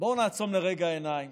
בואו נעצום לרגע עיניים